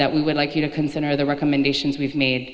that we would like you to consider the recommendations we've made